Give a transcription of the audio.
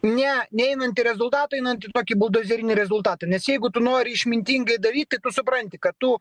ne neinanti į rezultatą einant į tokį buldozerinį rezultatą net jeigu tu nori išmintingai daryti tu supranti kad tu